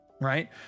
right